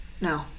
No